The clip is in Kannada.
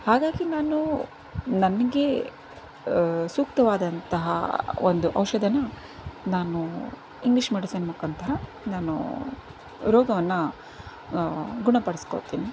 ಹಾಗಾಗಿ ನಾನು ನನಗೆ ಸೂಕ್ತವಾದಂತಹ ಒಂದು ಔಷಧನ ನಾನು ಇಂಗ್ಲೀಷ್ ಮೆಡಿಸನ್ ಮುಖಾಂತರ ನಾನು ರೋಗವನ್ನು ಗುಣಪಡ್ಸ್ಕೋಳ್ತೀನಿ